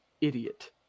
idiot